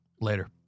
Later